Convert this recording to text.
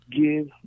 Give